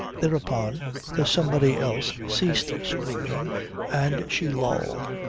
thereupon the somebody else ceased screaming and she lolled,